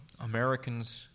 Americans